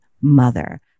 mother